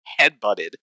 headbutted